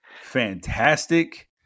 fantastic